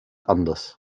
anders